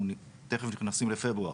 אנחנו תיכף נכנסים לפברואר,